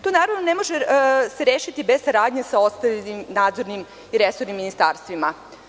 To se naravno ne može rešiti bez saradnje sa ostalim nadzornim i resornim ministarstvima.